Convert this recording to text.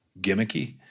gimmicky